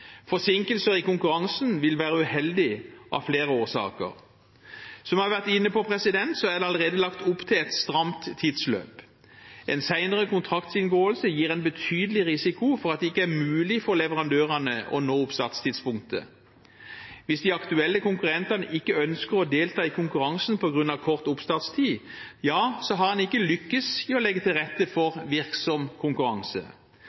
Forsinkelser i konkurransen vil være uheldig av flere årsaker. Som jeg har vært inne på, er det allerede lagt opp til et stramt tidsløp. En senere kontraktsinngåelse gir en betydelig risiko for at det ikke er mulig for leverandørene å nå oppstartstidspunktet. Hvis de aktuelle konkurrentene ikke ønsker å delta i konkurransen på grunn av kort oppstartstid, har man ikke lykkes i å legge til rette